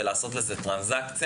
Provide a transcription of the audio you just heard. ולעשות לזה טרנזקציה.